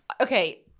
Okay